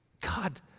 God